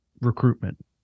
recruitment